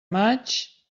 maig